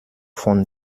von